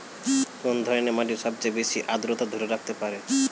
কোন ধরনের মাটি সবচেয়ে বেশি আর্দ্রতা ধরে রাখতে পারে?